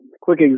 quick